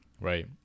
Right